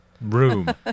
room